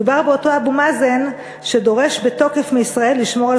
מדובר באותו אבו מאזן שדורש בתוקף מישראל לשמור על